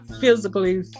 physically